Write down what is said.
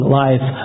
life